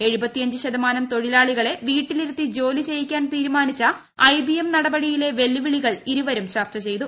ദ്ദ് ശതമാനം തൊഴിലാളികളെ വീട്ടിലിരുത്തി ജോലി ച്ചെയ്യിക്കാൻ തീരുമാനിച്ചു ഐബിഎം നടപടിയിലെ വെല്ലുവിളീക്ൿ ഇരുവരും ചർച്ച ചെയ്തു